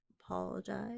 apologize